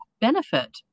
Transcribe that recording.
benefit